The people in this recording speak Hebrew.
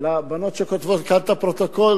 לבנות שכותבות כאן את הפרוטוקול.